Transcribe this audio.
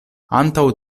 antaŭ